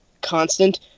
constant